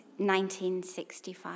1965